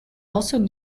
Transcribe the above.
also